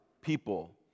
people